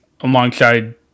alongside